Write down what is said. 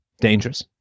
Dangerous